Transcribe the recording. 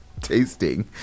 tasting